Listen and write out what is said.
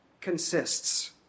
consists